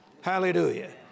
Hallelujah